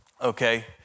okay